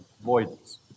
avoidance